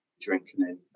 drinking